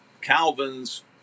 Calvin's